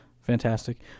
Fantastic